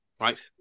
Right